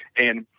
and